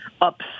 up